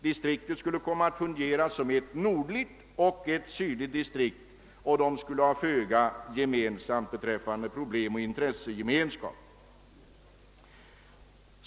Distriktet skulle komma att fungera som ett nordligt och ett sydligt distrikt med föga problemoch intressegemenskap. Allt detta enligt överjägmästarens uppfattning.